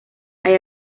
hay